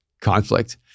conflict